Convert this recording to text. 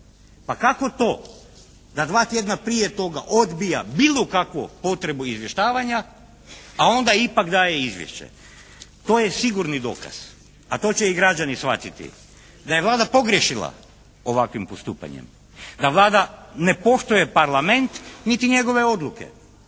Pa kako to da dva tjedna prije toga odbija bilo kakvu potrebu izvještavanja, a onda ipak daje izvješće. To je sigurni dokaz, a to će i građani shvatiti da je Vlada pogriješila ovakvim postupanjem. Da Vlada ne poštuje Parlament niti njegove odluke,